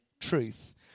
truth